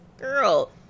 girl